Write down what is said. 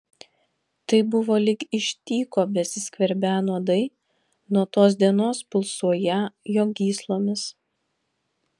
tai buvo lyg iš tyko besiskverbią nuodai nuo tos dienos pulsuoją jo gyslomis